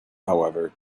however